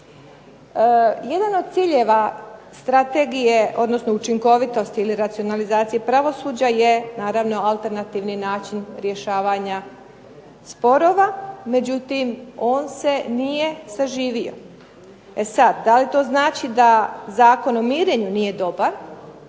Jedan od ciljeva strategije odnosno učinkovitosti i racionalizacije pravosuđa je naravno alternativni način rješavanja sporova, međutim on se nije saživio. E sada da li to znači da Zakon o mirenju nije dobar